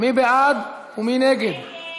כן.